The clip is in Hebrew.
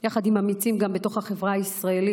יחד עם אמיצים גם בתוך החברה הישראלית,